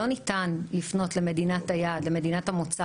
ניתן לפנות למדינת היעד או מדינת המוצא